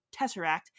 Tesseract